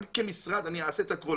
כמשרד אני אעשה את הכול.